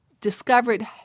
discovered